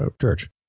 church